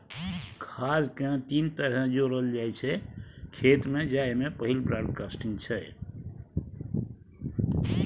खाद केँ तीन तरहे जोरल जाइ छै खेत मे जाहि मे पहिल ब्राँडकास्टिंग छै